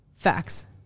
facts